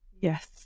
Yes